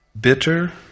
Bitter